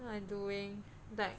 I am doing like